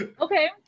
Okay